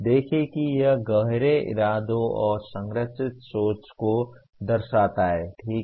देखें कि यह गहरे इरादों और संरचित सोच को दर्शाता है ठीक है